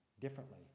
differently